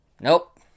Nope